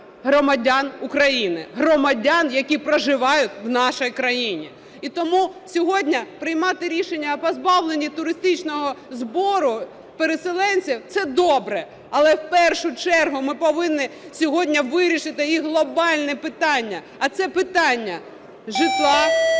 громадян України, громадян, які проживають в нашій країні. І тому сьогодні приймати рішення про позбавлення туристичного збору переселенців – це добре. Але в першу чергу ми повинні сьогодні вирішити глобальне питання. А це питання житла,